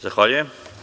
Zahvaljujem.